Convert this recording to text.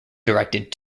directed